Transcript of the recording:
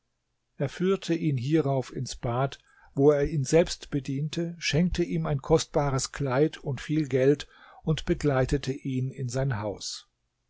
er führte ihn hierauf ins bad wo er ihn selbst bediente schenkte ihm ein kostbares kleid und viel geld und begleitete ihn in sein haus